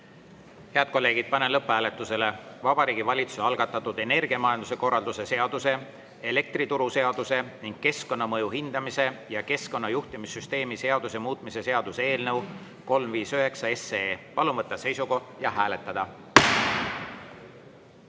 kolleegid, panen lõpphääletusele Vabariigi Valitsuse algatatud energiamajanduse korralduse seaduse, elektrituruseaduse ning keskkonnamõju hindamise ja keskkonnajuhtimissüsteemi seaduse muutmise seaduse eelnõu 359. Palun võtta seisukoht ja hääletada!